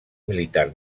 militar